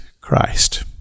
Christ